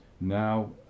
now